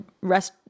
rest